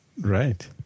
Right